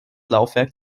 laufwerk